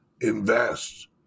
invest